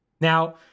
Now